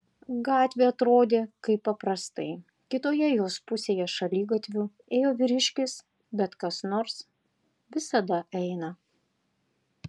gatvė atrodė kaip paprastai kitoje jos pusėje šaligatviu ėjo vyriškis bet kas nors visada eina